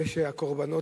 ושהקורבנות